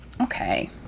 Okay